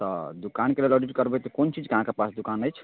तऽ दोकानके लेल ऑडिट करबै तऽ कोन चीजके अहाँके पास दोकान अछि